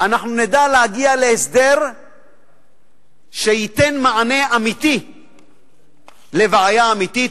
אנחנו נדע להגיע להסדר שייתן מענה אמיתי לבעיה אמיתית.